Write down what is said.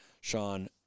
Sean